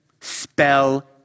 Spell